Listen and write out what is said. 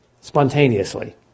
spontaneously